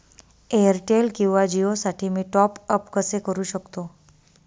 Airtel किंवा जिओसाठी मी टॉप ॲप कसे करु शकतो?